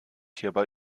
hierbei